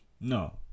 no